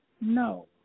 No